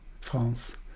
France